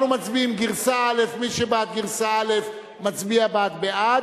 אנחנו מצביעים: מי שבעד גרסה א' מצביע בעד,